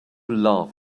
laugh